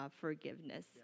forgiveness